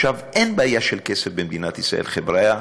עכשיו, אין בעיה של כסף במדינת ישראל, חבריא.